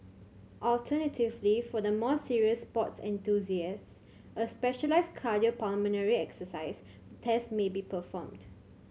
alternatively for the more serious sports enthusiasts a specialised cardiopulmonary exercise test may be performed